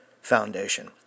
foundation